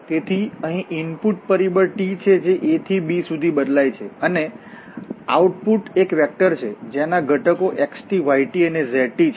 તેથી અહીં ઇનપુટ પરિબળ t છે જે a થી b સુધી બદલાય છે અને આઉટપુટ એક વેક્ટરછે જેના ઘટકો x y અને z છે